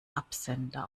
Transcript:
absender